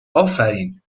آفرین